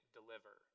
deliver